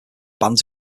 bans